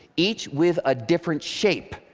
each with a different shape,